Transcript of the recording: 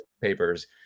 papers